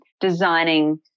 designing